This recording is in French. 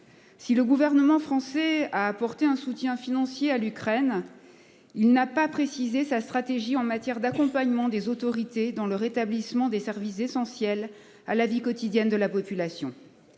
Si le gouvernement français a apporté un soutien financier à l'Ukraine. Il n'a pas précisé sa stratégie en matière d'accompagnement des autorités dans le rétablissement des services essentiels à la vie quotidienne de la population.